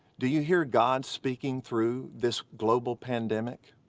do you hear god speaking through this global pandemic?